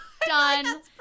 done